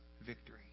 victory